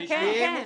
כן.